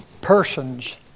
persons